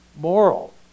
moral